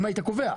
אם היית קובע,